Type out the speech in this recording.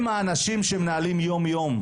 הם האנשים שמנהלים יום-יום.